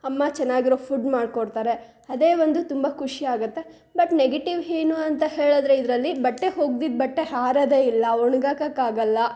ಅಮ್ಮ ಚೆನ್ನಾಗಿರೋ ಫುಡ್ ಮಾಡಿಕೊಡ್ತಾರೆ ಅದೇ ಒಂದು ತುಂಬ ಖುಷಿಯಾಗುತ್ತೆ ಬಟ್ ನೆಗೆಟಿವ್ ಏನು ಅಂತ ಹೇಳಿದ್ರೆ ಇದರಲ್ಲಿ ಬಟ್ಟೆ ಒಗ್ದಿದ್ ಬಟ್ಟೆ ಆರೋದೇ ಇಲ್ಲ ಒಣ್ಗಾಕೋಕ್ಕಾಗಲ್ಲ